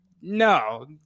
no